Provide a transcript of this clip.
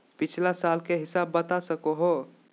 पिछला साल के हिसाब बता सको हो?